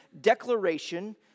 declaration